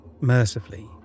mercifully